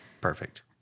Perfect